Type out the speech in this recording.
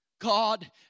God